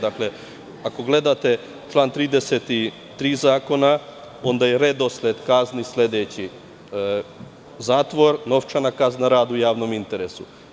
Dakle, ako gledate član 33. zakona, onda je redosled kazni sledeći – zatvor, novčana kazna, rad u javnom interesu.